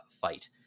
fight